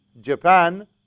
Japan